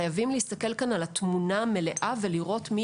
חייבים להסתכל כאן על התמונה המלאה ולראות מי